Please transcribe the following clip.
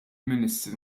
ministru